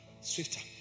Swifter